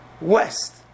west